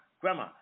Grandma